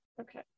Okay